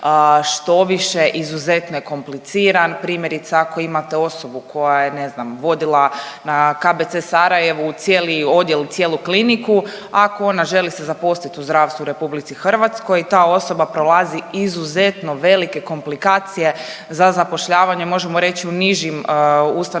štoviše izuzetno je kompliciran. Primjerice ako imate osobu koja je ne znam vodila na KBC Sarajevu cijeli odjel, cijelu kliniku, ako ona želi se zaposlit u zdravstvu u Republici Hrvatskoj ta osoba prolazi izuzetno velike komplikacije za zapošljavanje možemo reći u nižim ustanovama